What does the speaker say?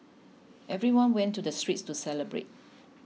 everyone went to the streets to celebrate